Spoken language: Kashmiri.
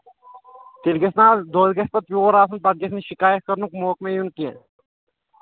تیٚلہِ گژھِ نہ حظ دۄد گژھِ پَتہٕ یور آسُن پَتہٕ گژھِ نہٕ شِکایت کرنُک موقع مےٚ یُن کیٚنہہ